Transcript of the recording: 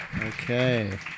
Okay